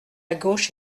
gauche